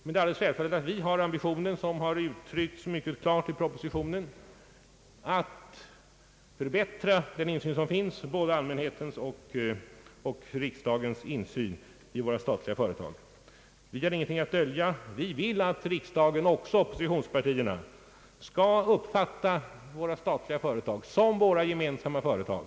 Men det är självklart att vi har den ambitionen, som uttryckts mycket klart i propositionen, att förbättra både allmänhetens och riksdagens insyn i våra statliga företag. Vi har ingenting att dölja utan vill att riksdagen med dess oppositionspartier skall betrakta de statliga företagen som våra gemensamma företag.